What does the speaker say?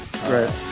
Right